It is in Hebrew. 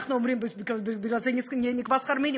אנחנו אומרים שבגלל זה נקבע שכר מינימום,